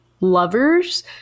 lovers